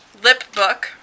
Lipbook